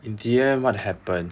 in the end what happened